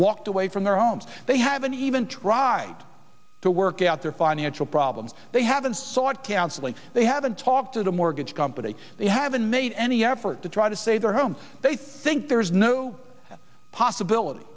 walked away from their homes they haven't even tried to work out their financial problems they haven't sought counseling they haven't talked to the mortgage company they haven't made any effort to try to save their homes they think there's no possibility